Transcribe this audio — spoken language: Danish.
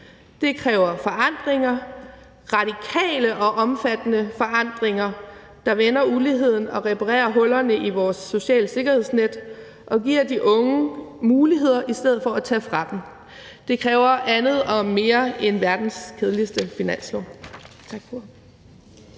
Det kræver forandringer, radikale og omfattende forandringer, der vender uligheden og reparerer hullerne i vores sociale sikkerhedsnet og giver de unge muligheder i stedet for at tage fra dem. Det kræver andet og mere end verdens kedeligste finanslov.